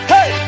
Hey